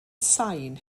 sain